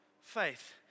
faith